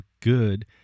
good